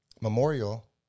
memorial